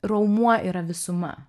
raumuo yra visuma